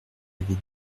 avez